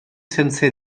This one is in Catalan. sense